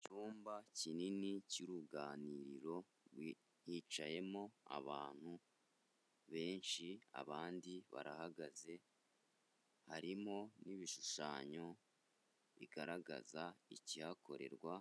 Mu cyumba kinini cy'uruganiriro, hicayemo abantu benshi, abandi barahagaze, harimo n'ibishushanyo bigaragaza ikihakorerwa,